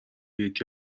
یکی